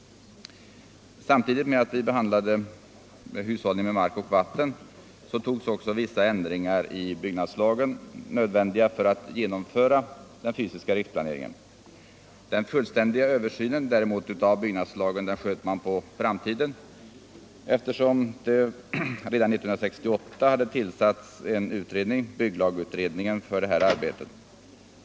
Samtidigt som vi behandlande Hushållning med mark och vatten antogs vissa ändringar i byggnadslagen, nödvändiga för att genomföra den fysiska riksplaneringen. Den fullständiga översynen av byggnadslagen sköt man däremot på framtiden eftersom det redan 1968 hade tillsatts en utredning, bygglagutredningen, för detta arbete.